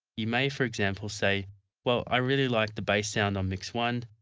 you may, for example, say well, i really like the bass sound on mix one,